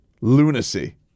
Lunacy